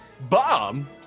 Bomb